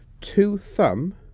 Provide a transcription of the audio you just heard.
two-thumb